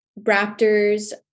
raptors